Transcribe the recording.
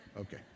Okay